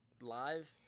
live